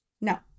No